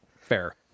fair